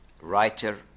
writer